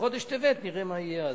בחודש טבת, נראה מה יהיה אז.